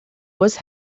was